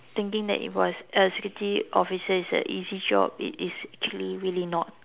thinking that it was a security officer is a easy job it is actually really not